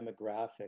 demographic